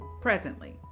presently